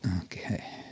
okay